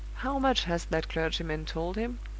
how much has that clergyman told him?